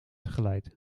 geleid